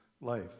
life